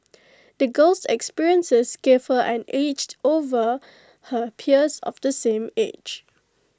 the girl's experiences gave her an edged over her peers of the same age